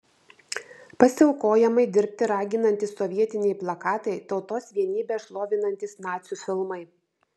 pasiaukojamai dirbti raginantys sovietiniai plakatai tautos vienybę šlovinantys nacių filmai